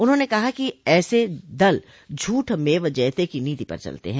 उन्होंने कहा ऐसे दल झूठ मेव जयते की नीति पर चलते हैं